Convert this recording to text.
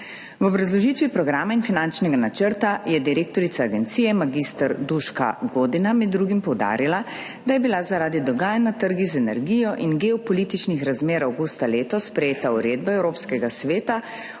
V obrazložitvi programa in finančnega načrta je direktorica agencije mag. Duška Godina med drugim poudarila, da je bila zaradi dogajanj na trgih z energijo in geopolitičnih razmer avgusta letos sprejeta uredba Evropskega sveta